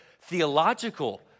theological